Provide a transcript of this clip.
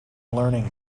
learning